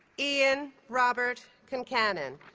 ian robert concannon